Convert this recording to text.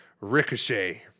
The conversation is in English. Ricochet